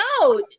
No